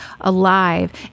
alive